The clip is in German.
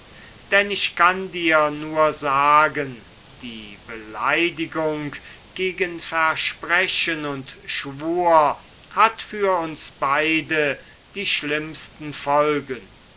denn ich kann dir nur sagen die beleidigung gegen versprechen und schwur hat für uns beide die schlimmsten folgen